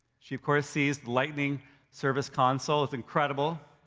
she, of course sees, lightning service console, it's incredible.